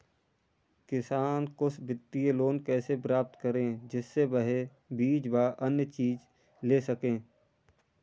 किसान कुछ वित्तीय लोन कैसे प्राप्त करें जिससे वह बीज व अन्य चीज ले सके?